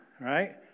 right